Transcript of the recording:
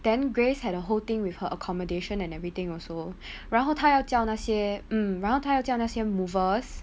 then grace had a whole thing with her accommodation and everything also 然后她要叫那些 mm 然后他要叫那些 movers